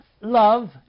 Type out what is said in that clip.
love